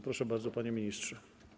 Proszę bardzo, panie ministrze.